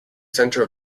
centre